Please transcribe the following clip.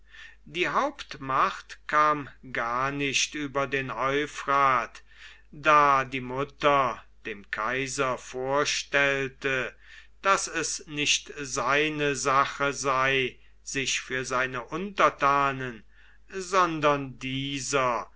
die hauptmacht kam gar nicht über den euphrat da die mutter dem kaiser vorstellte daß es nicht seine sache sei sich für seine untertanen sondern dieser